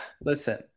listen